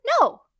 No